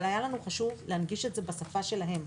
אבל היה לנו חשוב להנגיש את זה בשפה שלהם.